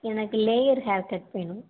எனக்கு layer haircut வேணும்